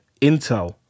Intel